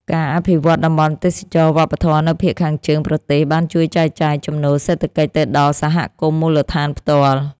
ការអភិវឌ្ឍតំបន់ទេសចរណ៍វប្បធម៌នៅភាគខាងជើងប្រទេសបានជួយចែកចាយចំណូលសេដ្ឋកិច្ចទៅដល់សហគមន៍មូលដ្ឋានផ្ទាល់។